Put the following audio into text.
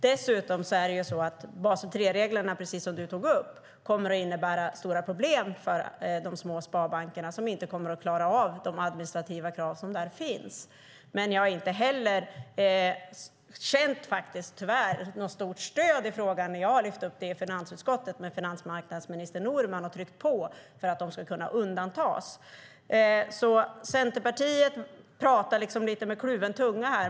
Basel III-reglerna kommer, precis som Per Åsling tog upp, att innebära stora problem för de små sparbankerna som inte kommer att klara av de administrativa krav som finns. Men jag har, tyvärr, inte heller känt något stort stöd när jag i finansutskottet har lyft upp frågan om att kraven ska undantas med finansmarknadsminister Norman. Centerpartiet talar med kluven tunga.